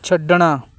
ਛੱਡਣਾ